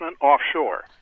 offshore